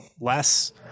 less